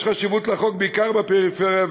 יש חשיבות לחוק בעיקר בפריפריה,